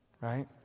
Right